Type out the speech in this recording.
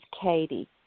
Katie